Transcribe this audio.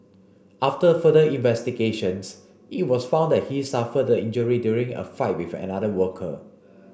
after further investigations it was found that he suffered the injury during a fight with another worker